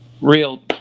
real